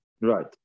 Right